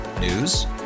News